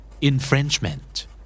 Infringement